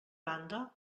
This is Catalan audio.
banda